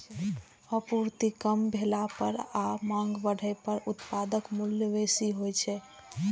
आपूर्ति कम भेला पर आ मांग बढ़ै पर उत्पादक मूल्य बेसी होइ छै